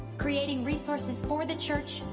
creating resources for the church,